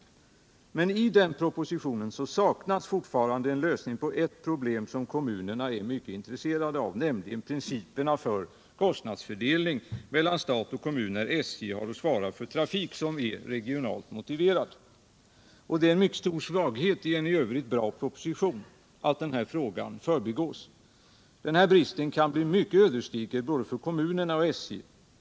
Men i den propositionen saknas fortfarande en lösning på ett problem som kommunerna är mycket intresserade av, nämligen principerna för kostnadsfördelning mellan stat och kommun, när SJ har att svara för trafik som är regionalt motiverad. Det är en mycket stor svaghet i en i övrigt bra proposition att denna fråga förbigås. Den här bristen kan bli mycket ödesdiger både för kommunerna och för SJ.